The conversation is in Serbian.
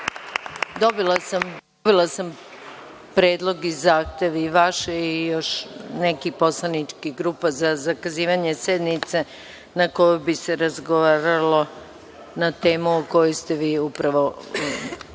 sam predlog i zahtev vaše i još nekih poslaničkih grupa za zakazivanje sednice na kojoj bi se razgovaralo na temu o kojoj ste upravo diskutovali